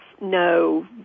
no